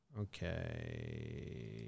Okay